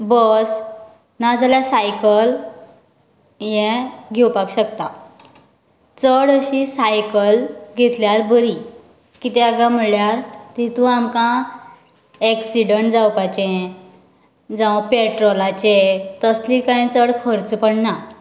बस ना जाल्यार सायकल हें घेवपाक शकतात चड अशी सायकल घेतल्यार बरी किद्याक कांय म्हुळ्यार तितूंत आमकां एक्सीडंट जावपाचें जांव पेट्रोलाचें तसले कांय चड खर्च पडना